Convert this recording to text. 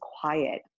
quiet